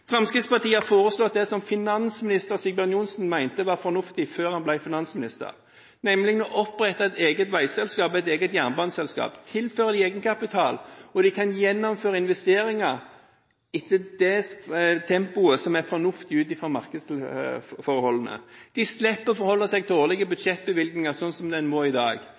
Fremskrittspartiet har foreslått det finansminister Sigbjørn Johnsen mente var fornuftig før han ble finansminister, nemlig å opprette et eget veiselskap og et eget jernbaneselskap og tilføre dem egenkapital så de kan gjennomføre investeringer i det tempoet som er fornuftig ut fra markedsforholdene. De slipper å forholde seg til årlige budsjettbevilgninger, som en må i dag.